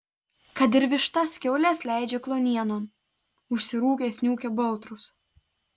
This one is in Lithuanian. kad ir vištas kiaules leidžia kluonienon užsirūkęs niūkia baltrus